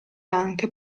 anche